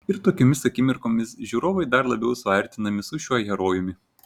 ir tokiomis akimirkomis žiūrovai dar labiau suartinami su šiuo herojumi